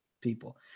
people